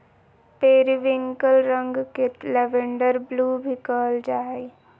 periwinkle रंग के lavender blue भी कहल जा हइ